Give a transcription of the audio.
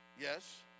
yes